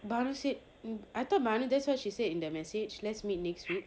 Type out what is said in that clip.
bhanu said I thought bhanu that's what she said in the message let's meet next week